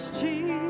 Jesus